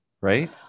right